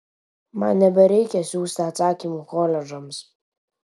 man nebereikia siųsti atsakymų koledžams